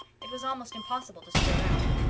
it was almost impossible to stir out.